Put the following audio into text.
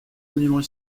monuments